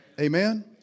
Amen